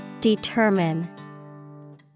Determine